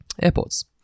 Airports